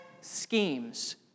schemes